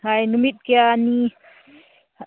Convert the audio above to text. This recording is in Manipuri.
ꯍꯣꯏ ꯅꯨꯃꯤꯠ ꯀꯌꯥꯅꯤ